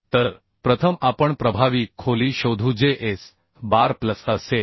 तर प्रथम आपण प्रभावी खोली शोधू जे S बार प्लस असेल